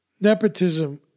nepotism